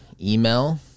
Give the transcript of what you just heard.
email